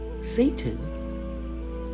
Satan